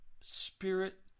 Spirit